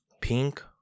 pink